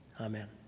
Amen